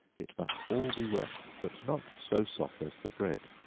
it must all be wet, but not so soft as for bread